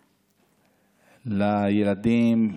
לילדים,